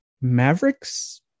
Mavericks